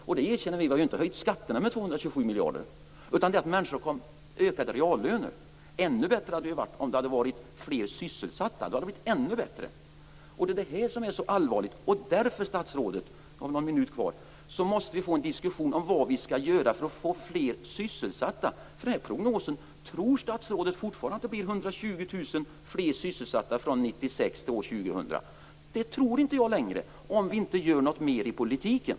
Vi har ju inte höjt skatterna med 227 miljarder, utan det handlar om att människor har ökade reallöner. Ännu bättre hade det varit om vi hade haft fler sysselsatta. Det här är allvarligt. Därför, statsrådet, måste vi få en diskussion om vad vi skall göra för att få fler sysselsatta. Tror statsrådet fortfarande att det blir 120 000 fler sysselsatta från 1996 till år 2000? Det tror inte jag längre, om vi inte gör något mer i politiken.